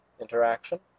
interaction